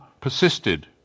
persisted